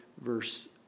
verse